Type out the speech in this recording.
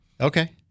Okay